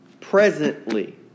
presently